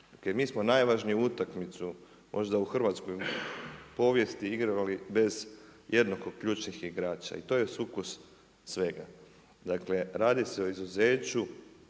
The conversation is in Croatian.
Mi smo najvažniju utakmicu možda u hrvatskoj povijesti igrali bez od ključnih igrača i to je sukus svega. Dakle, radi se o izuzeću